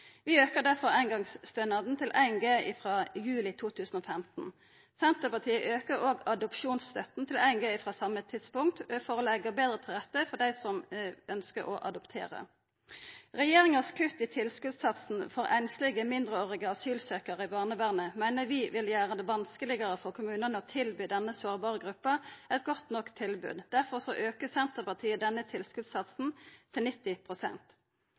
Vi aukar difor eingongsstønaden til 1 G frå juli 2015. Senterpartiet aukar òg adopsjonsstønaden til 1 G frå det same tidspunktet for å leggja betre til rette for dei som ønskjer å adoptera. Kutta til regjeringa i tilskotssatsen for einslege mindreårige asylsøkjarar i barnevernet meiner vi vil gjera det vanskelegare for kommunane å tilby denne sårbare gruppa eit godt nok tilbod. Derfor aukar Senterpartiet denne tilskotssatsen til